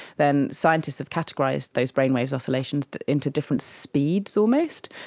then scientists have categorised those brainwave oscillations into different speeds almost.